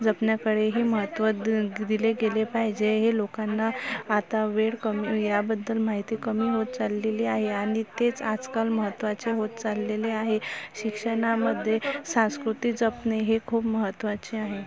जपण्याकडेही महत्त्व द दिले गेले पाहिजे हे लोकांना आता वेळ कमी या बद्दल माहिती कमी होत चाललेली आहे आणि तेच आजकाल महत्त्वाचे होत चाललेले आहे शिक्षणामध्ये संस्कृती जपणे हे खूप महत्त्वाचे आहे